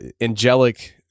angelic